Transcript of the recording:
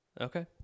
Okay